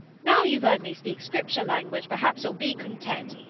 now you've heard me speak scripture language, perhaps you'll be content,